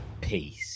Peace